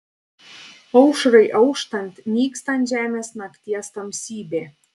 aušrai auštant nyksta ant žemės nakties tamsybė